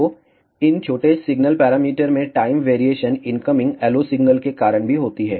तो इन छोटे सिग्नल पैरामीटर में time variation incoming LO signal के कारण भी होती है